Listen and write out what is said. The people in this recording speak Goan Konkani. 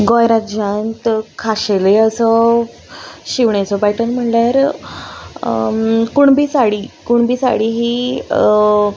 गोंय राज्यांत खाशेली असो शिंवणेचो पॅटन म्हणल्यार कुणबी साडी कुणबी साडी ही